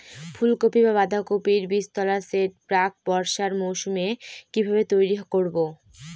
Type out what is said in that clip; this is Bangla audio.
ফুলকপি বা বাঁধাকপির বীজতলার সেট প্রাক বর্ষার মৌসুমে কিভাবে তৈরি করব?